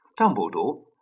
Dumbledore